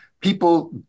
People